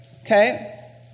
Okay